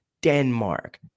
Denmark